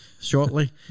shortly